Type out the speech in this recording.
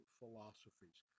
philosophies